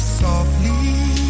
softly